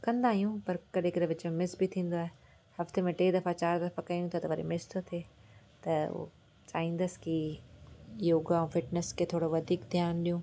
कंदा आहियूं पर कॾहिं कॾहिं विच में मिस बि थींदो आहे हफ़्ते में टे दफ़ा चारि दफ़ा कयूं था त वरी मिस थो थिए त चाईंदसि की योगा ऐं फ़िटनेस खे थोरो वधीक ध्यानु ॾियूं